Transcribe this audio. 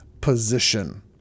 position